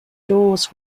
doors